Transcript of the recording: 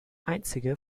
einzige